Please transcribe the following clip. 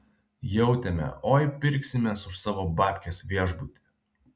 jautėme oi pirksimės už savo babkes viešbutį